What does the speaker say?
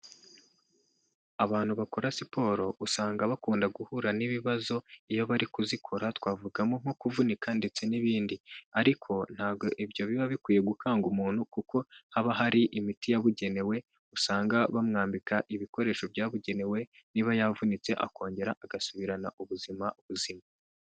Abantu bakora siporo usanga bakunda guhura n'ibibazo iyo bari kuzikora, twavugamo nko kuvunika ndetse n'ibindi, ariko ntabwo ibyo biba bikwiye gukanga umuntu kuko haba hari imiti yabugenewe, usanga bamwambika ibikoresho byabugenewe niba yavunitse akongera agasubirana ubuzima buzima.